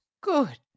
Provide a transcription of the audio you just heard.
Good